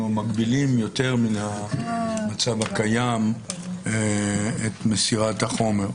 מגבילים יותר מהמצב הקיים את מסירת החומר,